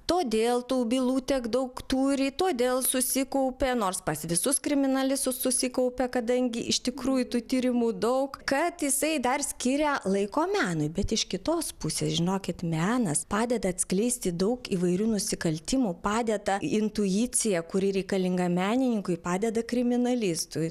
todėl tų bylų tiek daug turi todėl susikaupė nors pas visus kriminalistus susikaupia kadangi iš tikrųjų tų tyrimų daug kad jisai dar skiria laiko menui bet iš kitos pusės žinokit menas padeda atskleisti daug įvairių nusikaltimų padėta intuicija kuri reikalinga menininkui padeda kriminalistui